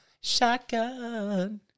Shotgun